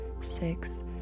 six